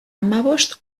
hamabost